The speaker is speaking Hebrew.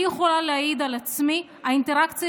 אני יכולה להעיד על עצמי: האינטראקציה